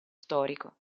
storico